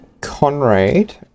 Conrad